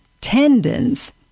tendons